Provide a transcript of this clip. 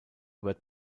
über